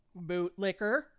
Bootlicker